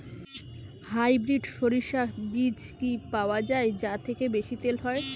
Hybrid শরিষা বীজ কি পাওয়া য়ায় যা থেকে বেশি তেল হয়?